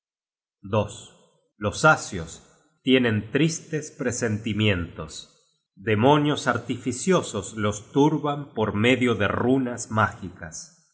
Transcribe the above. from google book search generated at demonios artificiosos los turban por medio de runas mágicas